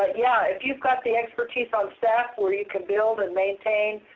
ah yeah if you've got the expertise on staff, where you can build and maintain